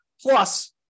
Plus